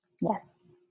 Yes